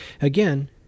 Again